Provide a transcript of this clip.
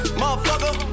motherfucker